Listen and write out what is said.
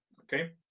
okay